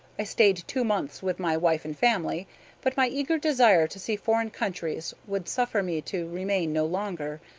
i stayed two months with my wife and family but my eager desire to see foreign countries would suffer me to remain no longer.